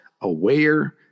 aware